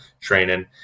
training